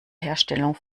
herstellung